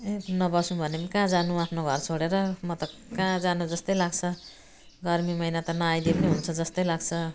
ए नबसौँ भने कहाँ जानु आफ्नो घर छोडेर म त कहाँ जानु जस्तै लाग्छ गर्मी महिना त नआइदिए पनि हुन्छ जस्तो लाग्छ